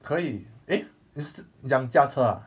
可以 eh 你是你讲驾车 ah